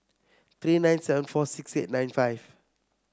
three nine seven four six eight nine five